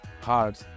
hard